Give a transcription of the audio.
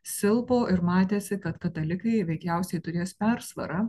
silpo ir matėsi kad katalikai veikiausiai turės persvarą